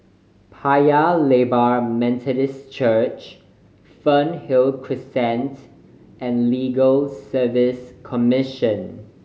Paya Lebar Methodist Church Fernhill Crescent and Legal Service Commission